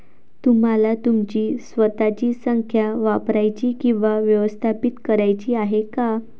तुम्हाला तुमची स्वतःची संख्या वापरायची किंवा व्यवस्थापित करायची आहे का?